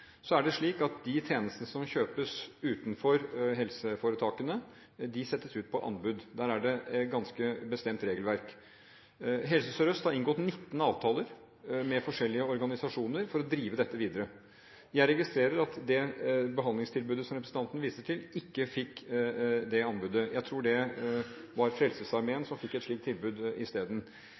Så er det slik at de tjenestene som kjøpes utenfor helseforetakene, settes ut på anbud. Der er det et ganske bestemt regelverk. Helse Sør-Øst har inngått 19 avtaler med forskjellige organisasjoner for å drive dette videre. Jeg registrerer at det behandlingstilbudet som representanten viser til, ikke fikk det anbudet. Jeg tror det var Frelsesarmeen som fikk et slikt tilbud